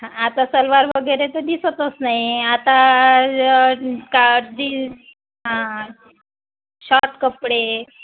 हा आता सलवार वगैरे तर दिसतच नाही आता का जीन्स हां हां शॉट कपडे